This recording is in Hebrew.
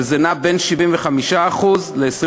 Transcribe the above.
וזה נע בין 75% ל-25%.